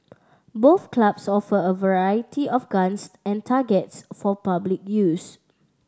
both clubs offer a variety of guns and targets for public use